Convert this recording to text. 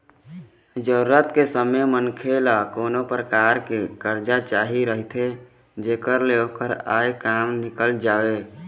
जरूरत के समे मनखे ल कोनो परकार के करजा चाही रहिथे जेखर ले ओखर आय काम निकल जावय